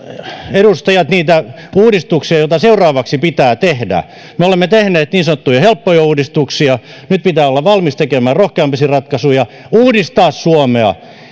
edustajat niitä uudistuksia joita seuraavaksi pitää tehdä me olemme tehneet niin sanottuja helppoja uudistuksia nyt pitää olla valmis tekemään rohkeammin ratkaisuja uudistaa suomea